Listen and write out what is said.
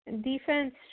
Defense